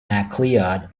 macleod